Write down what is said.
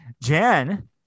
Jen